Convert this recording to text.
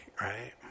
right